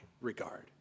regard